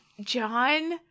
John